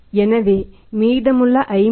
எனவே மீதமுள்ள 50 T